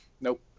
Nope